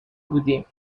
بودیم